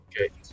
Okay